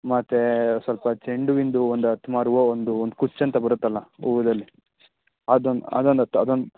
ಮತ್ತೆ ಸ್ವಲ್ಪ ಚೆಂಡು ಹೂವಿಂದು ಒಂದು ಹತ್ತು ಮಾರು ಹೂವು ಒಂದು ಒಂದು ಕುಚ್ಚು ಅಂತ ಬರುತ್ತಲ್ಲ ಹೂವಿನಲ್ಲಿ ಅದೊಂದು ಅದೊಂದು ಹತ್ತು ಅದೊಂದು